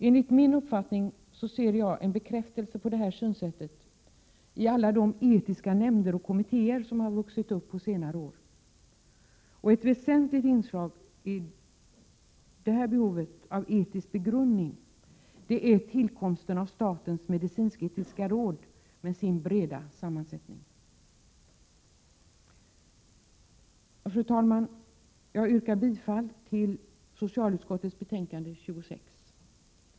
Enligt min uppfattning är en bekräftelse på detta synsätt alla de etiska nämnder och kommittéer som på senare har vuxit upp. Ett väsentligt inslag i detta behov av etisk begrundning är tillkomsten av statens medicinsk-etiska råd, med sin breda sammansättning. Fru talman! Jag yrkar bifall till hemställan i socialutskottets betänkande 26.